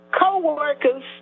co-workers